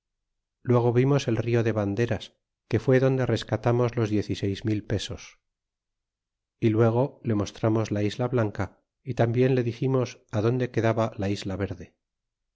luego vimos el rio de vanderas que fue donde rescatamos los diez y seis mil pesos y luego le mostramos la isla blanca y tambien le diximos adonde quedaba la isla verde